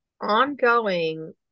ongoing